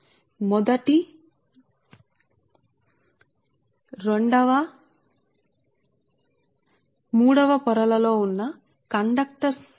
కాబట్టి మనం దాన్ని సరిదిద్దుదాం దాన్ని సరిదిద్దుదాం దీని చుట్టూ ఎన్ని కండక్టర్లు ఉన్నాయో మొదటి రెండవ మూడవ పొర ఈ లెక్కింపు సరిపోవటం లేదు